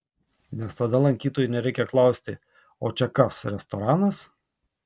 nes tada lankytojui nereikia klausti o čia kas restoranas